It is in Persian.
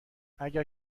اگر